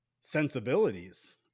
Sensibilities